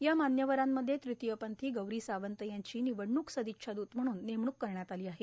या मान्यवरांमध्ये तृतीयपंथी गौरां सावंत यांची निवडणूक सादच्छा दूत म्हणून नेमणूक करण्यात आलो आहे